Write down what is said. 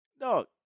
dog